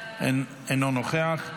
אינו נוכח,